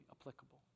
applicable